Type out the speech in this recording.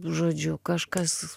žodžiu kažkas